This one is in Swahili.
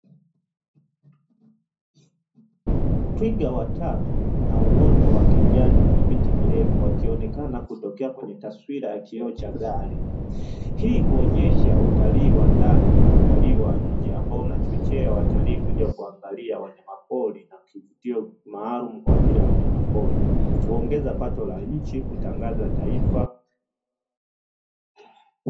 Twiga watatu na uoto wa kijani wenye miti mirefu wakionekana kutokea kwenye taswira ya kioo cha gari, hii huonyesha utalii wa ndani na utalii wa nje ambao unachochea watalii kuja kuangalia wanyapori na kivutio maalumu kwajili ya wanyamapori kuongeza pato la nchi kutangaza taifa.